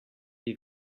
you